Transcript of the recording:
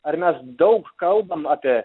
ar mes daug kalbam apie